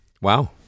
Wow